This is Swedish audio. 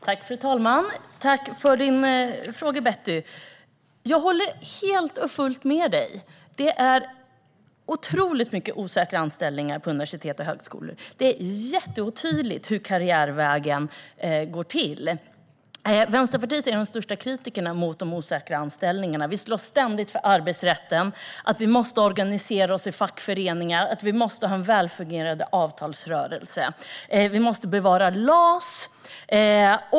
Fru talman! Tack för frågan, Betty Malmberg! Jag håller helt och fullt med Betty om att det finns otroligt många osäkra anställningar på universitet och högskolor. Det är mycket otydligt hur karriärvägarna går. Vänsterpartiet är den största kritikern mot de osäkra anställningarna. Vi slåss ständigt för arbetsrätten, att vi måste organisera oss i fackföreningar och att vi måste ha en välfungerande avtalsrörelse. Vi måste bevara LAS.